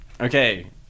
okay